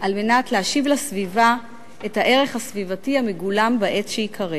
על מנת להשיב לסביבה את הערך הסביבתי המגולם בעץ שייכרת.